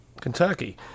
Kentucky